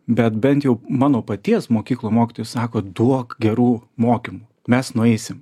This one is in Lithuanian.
bet bent jau mano paties mokyklų mokytojai sako duok gerų mokymų mes nueisim